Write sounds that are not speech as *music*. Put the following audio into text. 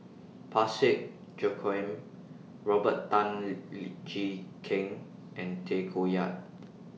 Parsick Joaquim Robert Tan *unintelligible* Jee Keng and Tay Koh Yat